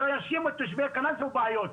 שלא יאשימו את תושבי קלנסווה בבעיות.